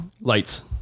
lights